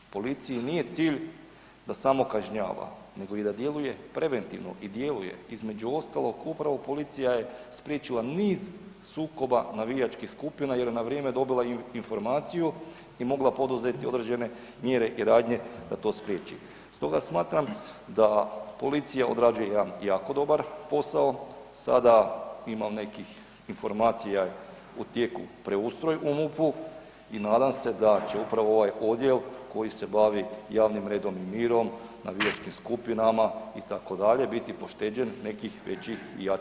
Policiji nije cilj da samo kažnjava nego i da djeluje preventivno i djeluje između ostalog upravo policija je spriječila niz sukoba navijačkih skupina jer je na vrijeme dobila informaciju i mogla poduzeti određene mjere i radnje da to spriječi, Stoga smatram da policija odrađuje jedan jako dobar posao, sada imam nekih informacija, u tijeku je preustroj u MUP-u i nadam se da će upravo ovaj odjel koji se bavi javnim redom i mirom, navijačkim skupinama itd. biti pošteđen nekih većih i jačih rezova.